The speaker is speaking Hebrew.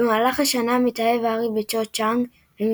במהלך השנה מתאהב הארי בצ'ו צ'אנג והם